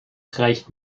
reicht